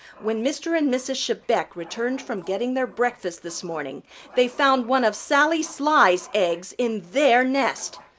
when mr. and mrs. chebec returned from getting their breakfast this morning they found one of sally sly's eggs in their nest.